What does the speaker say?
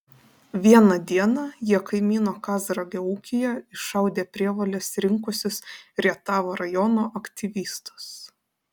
vieną dieną jie kaimyno kazragio ūkyje iššaudė prievoles rinkusius rietavo rajono aktyvistus